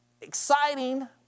exciting